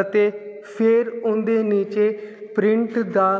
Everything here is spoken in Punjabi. ਅਤੇ ਫਿਰ ਉਹਦੇ ਨੀਚੇ ਪ੍ਰਿੰਟ ਦਾ